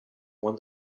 won